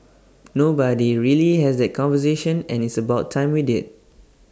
but nobody really has that conversation and it's about time we did